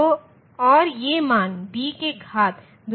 तो और ये मान b के घात द्वारा दिए गए हैं